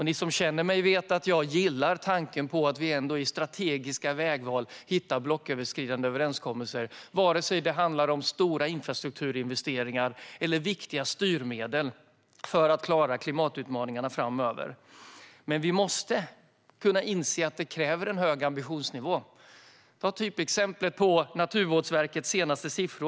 Ni som känner mig vet att jag gillar tanken på att vid strategiska vägval hitta blocköverskridande överenskommelser, oavsett om det handlar om stora infrastrukturinvesteringar eller om viktiga styrmedel för att klara klimatutmaningarna framöver. Men vi måste inse att det kräver en hög ambitionsnivå. Som exempel kan jag nämna Naturvårdsverkets senaste siffror.